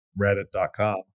reddit.com